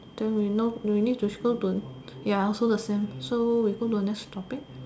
then we know we need to scroll to ya also the same so we go to the next topic